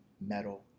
metal